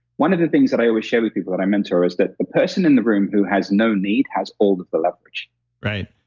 one of the things that i always share with people that i mentor is that the person in the room who has no need has all of the leverage right.